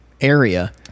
area